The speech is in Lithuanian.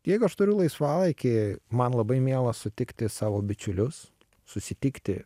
jeigu aš turiu laisvalaikį man labai miela sutikti savo bičiulius susitikti